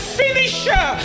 finisher